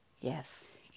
Yes